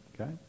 Okay